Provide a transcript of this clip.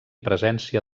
presència